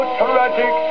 tragic